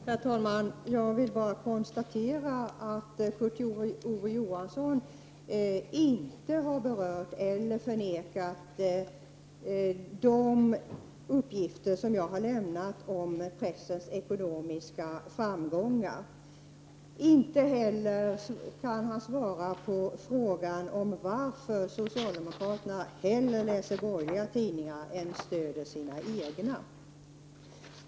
Herr talman! Jag vill bara konstatera att Kurt Ove Johansson inte har berört eller förnekat de uppgifter som jag har lämnat om pressens ekonomiska framgångar. Inte heller kan han svara på frågan om varför socialdemokraterna hellre läser borgerliga tidningar än stöder sina egna.